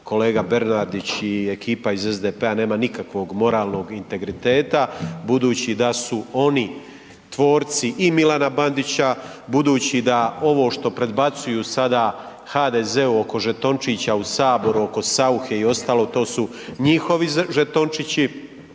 kolega Bernardić i ekipa iz SDP-a nema nikakvog moralnog integriteta, budući da su oni tvorci i Milana Bandića, budući da ovo što predbacuju sada HDZ-u oko žetončića u Saboru oko Sauche i ostalog to su njihovi žetončići,